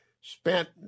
spent